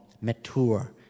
mature